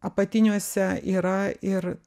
apatiniuose yra ir